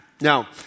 Now